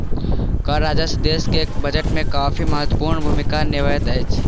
कर राजस्व देश के बजट में काफी महत्वपूर्ण भूमिका निभबैत अछि